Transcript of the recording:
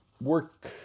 work